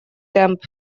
темп